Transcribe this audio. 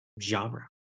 genre